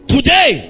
Today